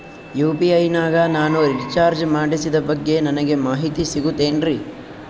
UPI ನಾಗ ನಾನು recharge ಮಾಡಿಸಿದ ಬಗ್ಗೆ ನನಗೆ ಮಾಹಿತಿ ಸಿಗುತೇನ್ರೀ?